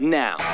now